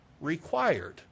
required